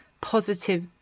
positive